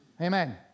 Amen